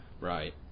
Right